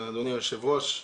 אדוני היושב-ראש.